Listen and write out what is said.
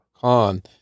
con